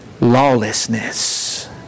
Lawlessness